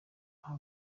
aho